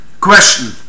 question